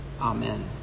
Amen